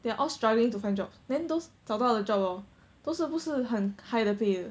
they are all struggling to find jobs then those 找到的 job hor 都是不是很 high 的 pay 的